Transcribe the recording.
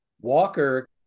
Walker